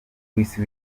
w’isi